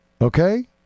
okay